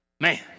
Man